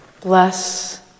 Bless